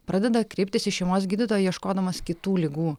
pradeda kreiptis į šeimos gydytoją ieškodamas kitų ligų